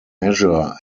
measure